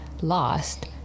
lost